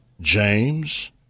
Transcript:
James